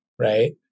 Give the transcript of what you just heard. Right